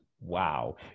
Wow